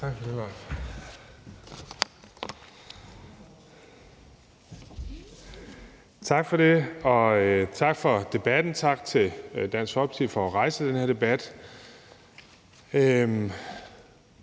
Tak for det, og tak for debatten. Tak til Dansk Folkeparti for at rejse den her debat.